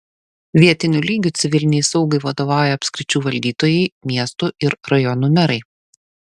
vietiniu lygiu civilinei saugai vadovauja apskričių valdytojai miestų ir rajonų merai